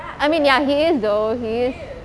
I mean ya he is though he is